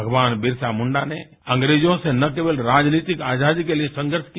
भगवान बिरसा मुंडा ने अंग्रेजों से न केवल राजनीतिक आजादी के लिए संघर्ष किया